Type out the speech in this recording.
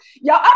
Y'all